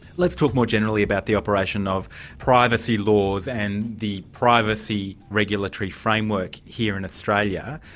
let's talk more generally about the operation of privacy laws and the privacy regulatory framework here in australia,